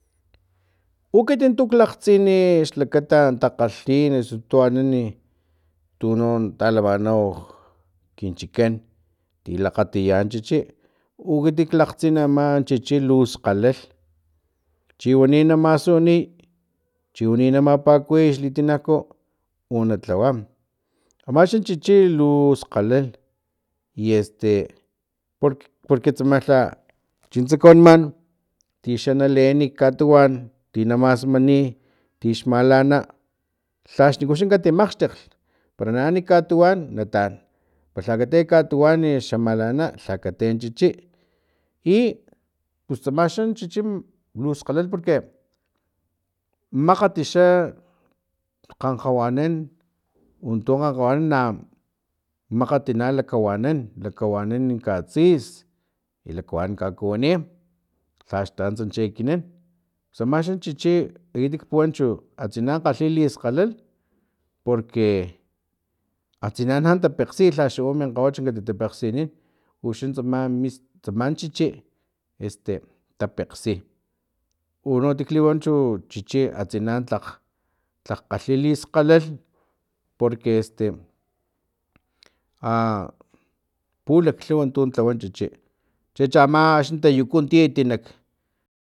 U ekiti tulakgtsini xlakata takgalhin eso tu anani tuno talamanau kinchikan ti lakgatiyan chichi u ekiti klakgtsin aman chichi luskgalalh chi wani na masuniy chiwani na mapakuwiy li tinaku una tlawa amaxa chichi luskgalalh i este porque tsamalha lha chintse kawaniman tixa na leeni nak katuwan ti na masmani tixmalana lhaxniku xa kati makgxtekglh pero na ani katuwan nataan pelha katee katuwan xa malana lha katee chichi i pus tsamaxa chichi luskgalalh porque makgatixa kgankgawanan untu kgankgawanan na makgati na lakawanan lakawanan katsis i lakawanan kakuwini lhaxtanuntsa chi ekinan tsamaxan chichi ekitik puwan chu atsina kgalhi liskgalhalh porque atsina na tapekgsi lhaxa u min kgawach kati tapekgsinin uxan tsama mis tsama chichi este tapakgsi uno ekit li wan chu chichi atsina tlak tlak kgalhi xliskgalalh porque este a pulaklhuw tun lhawan chichi chicha ama axni tayuku ntiat